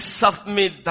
submit